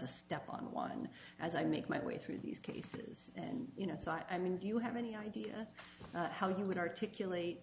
to step on the line as i make my way through these cases and you know so i mean do you have any idea how you would articulate